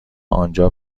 آنجا